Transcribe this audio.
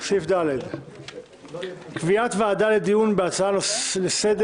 אנו עוברים לנושא הבא: קביעת ועדה לדיון בהצעה לסדר